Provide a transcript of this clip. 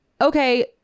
okay